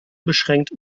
beschränkt